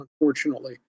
unfortunately